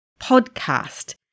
PODCAST